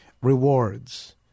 rewards